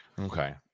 Okay